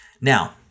Now